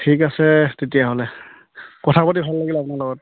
ঠিক আছে তেতিয়াহ'লে কথা পাতি ভাল লাগিল আপোনাৰ লগত